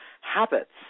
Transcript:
habits